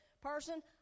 person